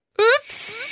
Oops